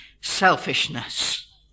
selfishness